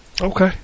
Okay